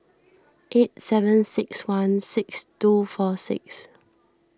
eight seven six one six two four six